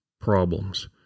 problems